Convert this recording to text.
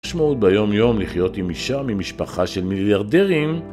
משמעות ביום-יום לחיות עם אישה ממשפחה של מיליארדים